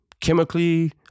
chemically